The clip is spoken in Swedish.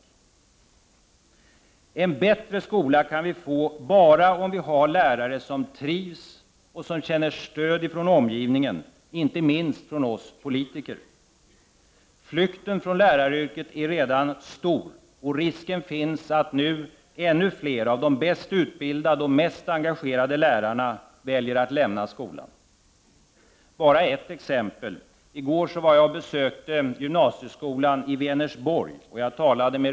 En bättre skola kan vi bara få om vi har lärare som trivs och känner stöd från omgivningen, inte minst från oss politiker. Flykten från läraryrket är redan stor. Risken finns nu att ännu fler av de bäst utbildade och mest engagerade lärarna väljer att lämna skolan. Jag skall bara ta ett exempel. I går besökte jag gymnasieskolan i Vänersborg.